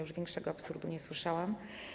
Już większego absurdu nie słyszałam.